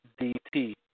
Dt